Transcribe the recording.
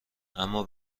اما